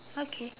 okay